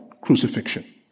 crucifixion